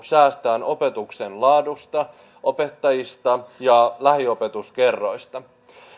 säästämään opetuksen laadusta opettajista ja lähiopetuskerroista